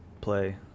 play